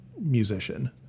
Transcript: musician